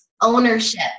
ownership